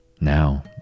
Now